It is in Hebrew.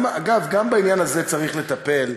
גם בעניין הזה צריך לטפל,